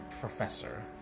professor